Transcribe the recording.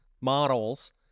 models